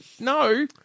No